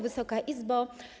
Wysoka Izbo!